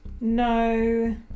no